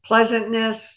pleasantness